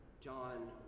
John